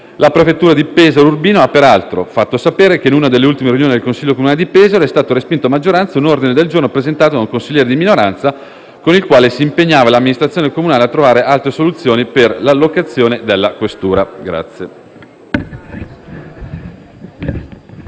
La prefettura di Pesaro e Urbino ha peraltro fatto sapere che in una delle ultime riunioni del Consiglio comunale di Pesaro è stato respinto a maggioranza un ordine dei giorno presentato da un consigliere di minoranza con il quale si impegnava l'amministrazione comunale a trovare altre soluzioni per l'allocazione della questura.